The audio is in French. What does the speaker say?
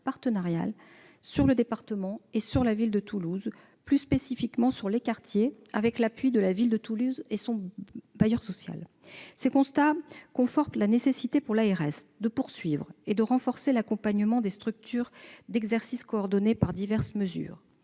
partenarial à l'échelle du département et de la ville de Toulouse, plus spécifiquement en faveur des quartiers, avec l'appui de la ville de Toulouse et de son bailleur social. Les constats qui en découlent confortent la nécessité, pour l'ARS, de poursuivre et de renforcer l'accompagnement des structures d'exercice coordonné par diverses mesures.